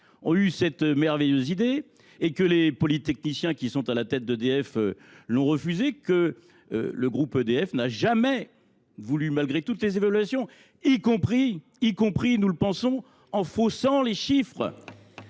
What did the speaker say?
ont eu cette merveilleuse idée et que les polytechniciens qui sont à la tête d’EDF l’ont refusée que le groupe n’en a jamais voulu, malgré toutes les évaluations, et ce y compris – nous en avons la conviction – en faussant les chiffres